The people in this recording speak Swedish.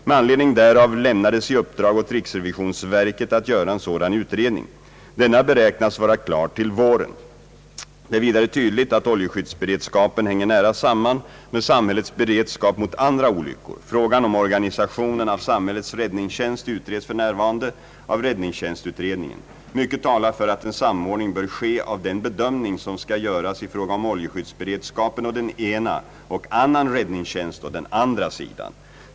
Med anledning därav lämnades i uppdrag åt riksrevisionsverket att göra en sådan utredning. Denna beräknas vara klar till våren. Det är vidare tydligt att oljeskyddsberedskapen hänger nära samman med samhällets beredskap mot andra olyckor. Frågan om organisationen av samhällets räddningstjänst utreds f. n. av räddningstjänsturedningen. Mycket talar för att en samordning bör ske av den bedömning som skall göras i fråga om oljeskyddsberedskapen å den ena och annan räddningstjänst å den andra sidan.